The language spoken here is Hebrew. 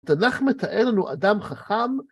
התנ"ך מתאר לנו אדם חכם.